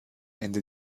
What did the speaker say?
ende